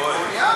די.